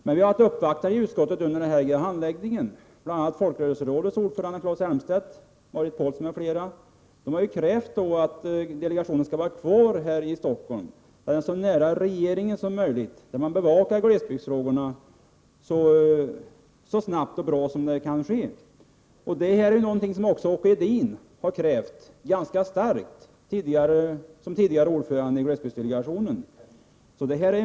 Men utskottet har under denna handläggning blivit uppvaktat av bl.a. folkrörelserådets ordförande Claes Elmstedt. Även Marit Paulsen m.fl. har uppvaktat utskottet. De har krävt att delegationen skall vara kvar i Stockholm, så nära regeringen som möjligt, så att glesbygdsfrågorna kan bevakas så bra som möjligt. Detta är något som även Åke Edin, tidigare ordförande i glesbygdsdelegationen, ganska starkt har krävt.